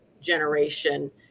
generation